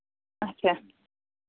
اَچھا